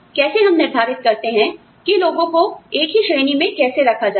कैसे हम निर्धारित करते हैं आप जानते हैं कि लोगों को एक ही श्रेणी में कैसे रखा जाए